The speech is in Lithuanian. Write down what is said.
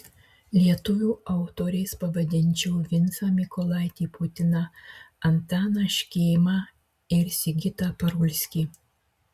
lietuvių autoriais pavadinčiau vincą mykolaitį putiną antaną škėmą ir sigitą parulskį